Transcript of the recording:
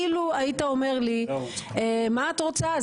אילו היית אומר לי מה את רוצה,